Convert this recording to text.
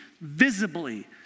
visibly